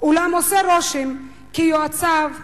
אולם עושה רושם כי יועציו,